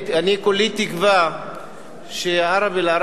אני כולי תקווה שערב-אל-עראמשה,